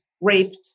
raped